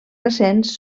recents